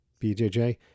BJJ